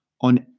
on